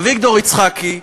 אביגדור יצחקי,